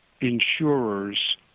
insurers